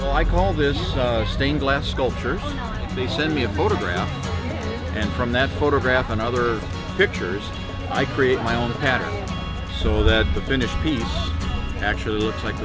well i call this stained glass sculpture they sent me a photograph and from that photograph and other pictures i create my own pattern so that the finished piece actually looks like